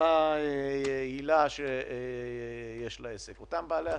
אותה הילה שיש לה עסק אותם בעלי עסקים,